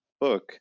book